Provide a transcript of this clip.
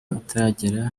ataragera